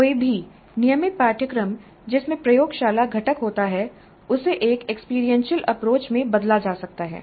कोई भी नियमित पाठ्यक्रम जिसमें प्रयोगशाला घटक होता है उसे एक एक्सपीरियंशियल अप्रोच में बदला जा सकता है